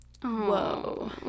whoa